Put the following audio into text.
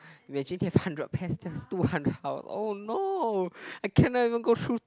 we actually gave hundred pairs just two hour oh no I cannot even go through